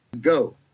Go